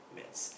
maths